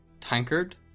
tankard